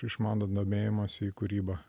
iš mano domėjimosi į kūrybą